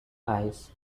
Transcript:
eyes